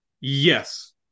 Yes